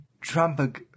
Trump